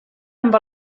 amb